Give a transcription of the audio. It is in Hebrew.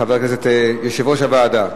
חבר הכנסת יושב-ראש הוועדה.